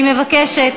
אני מבקשת,